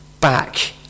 back